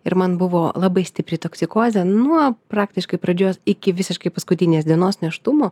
ir man buvo labai stipri toksikozė nuo praktiškai pradžios iki visiškai paskutinės dienos nėštumo